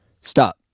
Stop